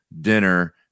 dinner